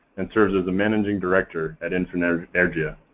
and serves as a managing director at infinergia.